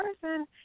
person